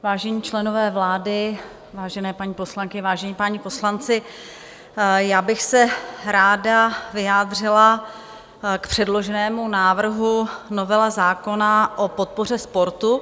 Vážení členové vlády, vážené paní poslankyně, vážení páni poslanci, já bych se ráda vyjádřila k předloženému návrhu novely zákona o podpoře sportu.